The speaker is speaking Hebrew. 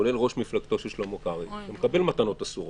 כולל ראש מפלגתו של שלמה קרעי שמקבל מתנות אסורות.